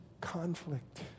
conflict